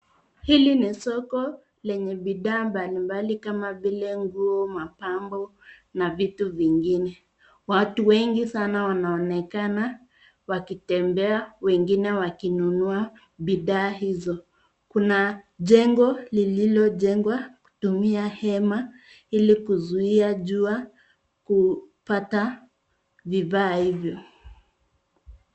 Hili ni soko lenye bidhaa mbalimbali kama vile nguo, mapambo na vitu vingine. Watu wengi sana wanaonekana wakitembea, wengine wakinunua bidhaa hizo. Kuna jengo lililo jengwa kutumia hema, ili kuzuia jua kupata bidhaa hivyo.